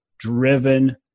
driven